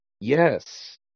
Yes